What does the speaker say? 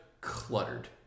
cluttered